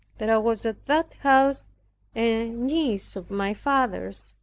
there was at that house a niece of my father's,